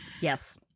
Yes